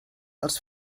els